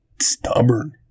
stubborn